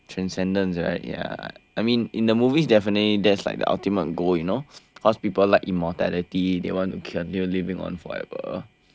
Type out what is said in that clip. transcendence right ya I mean in the movies definitely that's like the ultimate goal you know cause people like immortality they want to continue living on forever